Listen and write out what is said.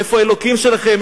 איפה האלוקים שלכם?